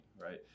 right